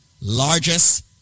largest